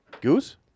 Goose